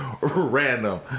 random